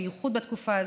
בייחוד בתקופה הזאת,